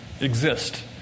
exist